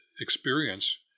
experience